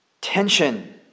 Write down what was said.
tension